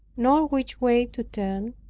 nor which way to turn,